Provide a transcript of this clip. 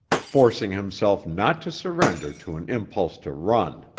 forcing himself not to surrender to an impulse to run.